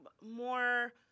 more